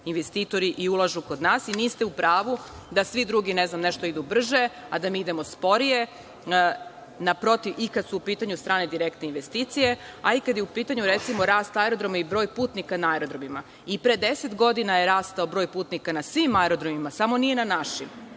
investitori i ulažu kod nas. Niste u pravu da svi drugi, ne znam, nešto idu brže, a da mi idemo sporije. Naprotiv, i kad su u pitanju strane direktne investicije, a i kad je u pitanju rast aerodroma i broj putnika na aerodromima, i pre 10 godina je rastao broj putnika na svim aerodromima, samo nije na našim,